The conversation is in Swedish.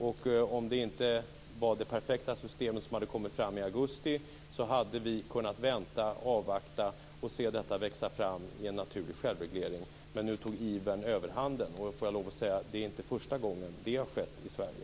Och om det inte var det perfekta systemet som hade kommit fram i augusti, hade vi kunnat vänta och avvakta och se detta växa fram i en naturlig självreglering. Men nu tog ivern överhanden, och jag får lov att säga att det inte är första gången som det har skett i Sverige.